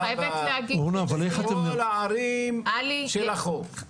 כפר סבא, כל הערים של החוף.